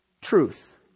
truth